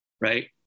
Right